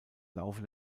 laufe